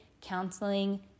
counseling